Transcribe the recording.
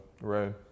Right